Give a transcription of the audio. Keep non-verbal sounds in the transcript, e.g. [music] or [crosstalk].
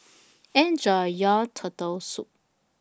[noise] Enjoy your Turtle Soup